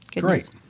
great